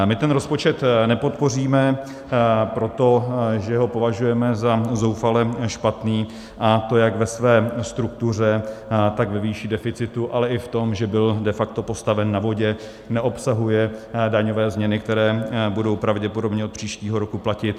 My ten rozpočet nepodpoříme proto, že ho považujeme za zoufale špatný, a to jak v jeho struktuře, tak ve výši deficitu, ale i v tom, že byl de facto postaven na vodě, neobsahuje daňové změny, které budou pravděpodobně od příštího roku platit.